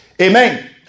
Amen